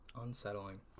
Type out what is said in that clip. unsettling